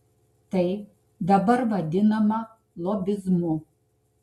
tai dabar vadinama lobizmu